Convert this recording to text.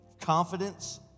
confidence